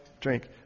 drink